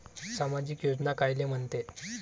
सामाजिक योजना कायले म्हंते?